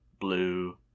blue